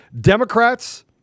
Democrats